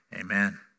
Amen